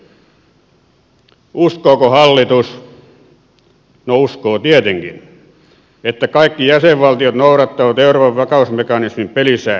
uskooko hallitus no uskoo tietenkin että kaikki jäsenvaltiot noudattavat euroopan vakausmekanismin pelisääntöjä